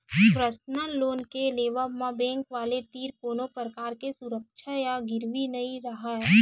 personal loan के लेवब म बेंक वाले तीर कोनो परकार के सुरक्छा या गिरवी नइ राहय